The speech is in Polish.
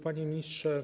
Panie Ministrze!